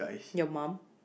your mom